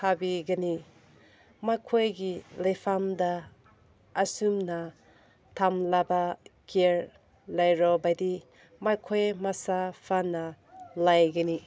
ꯊꯥꯕꯤꯒꯅꯤ ꯃꯈꯣꯏꯒꯤ ꯂꯩꯐꯝꯗ ꯑꯁꯨꯝꯅ ꯊꯝꯂꯕ ꯀꯤꯌꯥꯔ ꯂꯩꯔꯕꯗꯤ ꯃꯈꯣꯏ ꯃꯁꯥ ꯐꯅ ꯂꯩꯒꯅꯤ